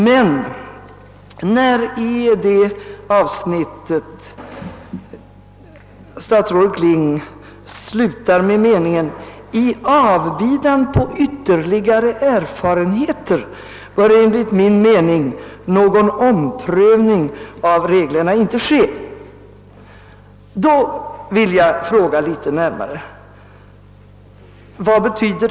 Men i sista meningen av samma stycke i svaret säger statsrådet Kling: »I avbidan på ytterligare erfarenheter bör enligt min mening någon omprövning av dessa regler inte ske.» Då vill jag fråga vad det betyder.